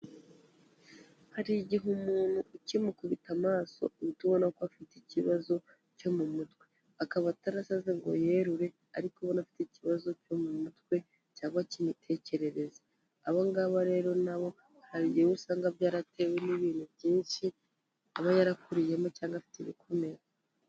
Hari igihe umuntu ukimukubita amaso uhita ubona ko afite ikibazo cyo mu mutwe, akaba atarasaze ngo yerure ariko ubona afite ikibazo cyo mu mutwe, cyangwa cy'imitekerereze, abongabo rero nabo hari igihe uba usanga byaratewe n'ibintu byinshi aba yarakuriyemo, cyangwa afite ibikomere.